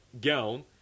gown